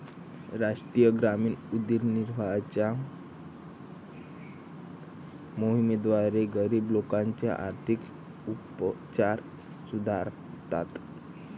राष्ट्रीय ग्रामीण उदरनिर्वाहाच्या मोहिमेद्वारे, गरीब लोकांचे आर्थिक उपचार सुधारतात